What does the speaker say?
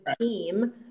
team